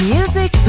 Music